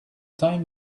time